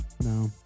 No